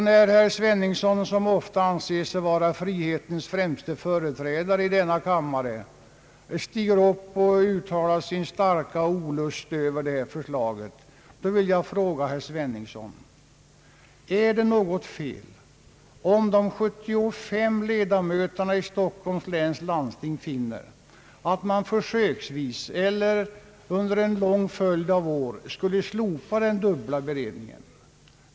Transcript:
När herr Sveningsson, som ofta anser sig vara frihetens främste företrädare i denna kammare, stiger upp och uttalar sin starka olust över detta förslag vill jag fråga herr Sveningsson: Är det något fel om 75 ledamöter i Stockholms läns landsting finner att man försöksvis eller under en lång följd av år skulle slopa den dubbla beredningen?